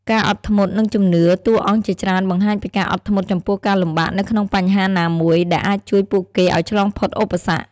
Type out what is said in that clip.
ការអត់ធ្មត់ និងជំនឿ តួអង្គជាច្រើនបង្ហាញពីការអត់ធ្មត់ចំពោះការលំបាកនៅក្នុងបញ្ហាណាមួយ ដែលអាចជួយពួកគេឱ្យឆ្លងផុតឧបសគ្គ ។